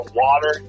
water